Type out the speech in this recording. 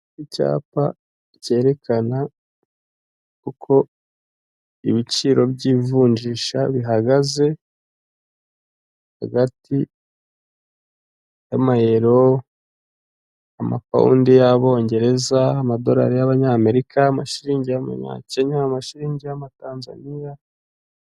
Icyapa cyerekana uko ibiciro by'ivunjisha bihagaze hagati y'amayero, amapawundi y'abongereza, amadolari y'abanyamerika, amashilingi y'amanyakenya, amashilingi y'amatanzaniya,...